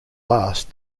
last